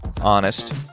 honest